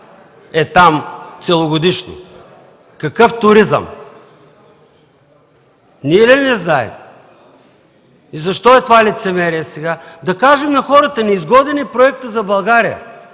е там целогодишно?! Какъв туризъм?! Ние ли не знаем? И защо е това лицемерие сега? Нека кажем на хората: неизгоден е проектът за България.